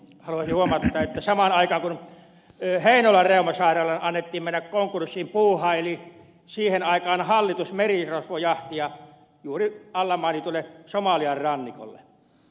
haluaisin huomauttaa että samaan aikaan kun heinolan reumasairaalan annettiin mennä konkurssiin puuhaili hallitus merirosvojahtia juuri alla mainitulle somalian rannikolle